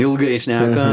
ilgai šneka